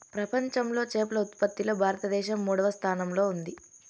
ప్రపంచంలో చేపల ఉత్పత్తిలో భారతదేశం మూడవ స్థానంలో ఉంది